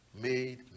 made